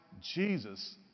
Jesus